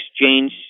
Exchange